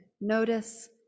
notice